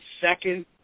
second